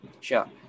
Sure